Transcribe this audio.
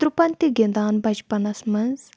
ترُپَن تہِ گِنٛدان بَچپَنَس منٛز